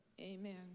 amen